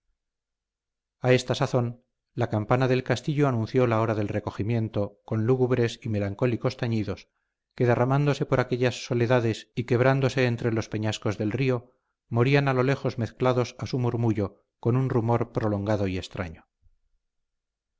a esta sazón la campana del castillo anunció la hora del recogimiento con lúgubres y melancólicos tañidos que derramándose por aquellas soledades y quebrándose entre los peñascos del río morían a lo lejos mezclados a su murmullo con un rumor prolongado y extraño